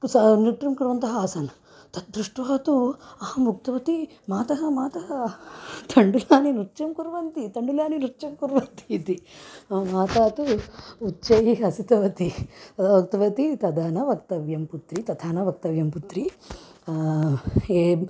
सा नृत्यं कुर्वन्तः आसन् तद्दृष्ट्वा तु अहं उक्तवती मातः मातः तण्डुलानि नृत्यं कुर्वन्ति तण्डुलानि नृत्यं कुर्वन्तीति मम माता तु उच्चैः हसितवती तदा उक्तवती तदा न वक्तव्यं पुत्री तथा न वक्तव्यं पुत्री